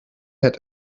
had